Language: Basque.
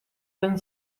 egin